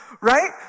right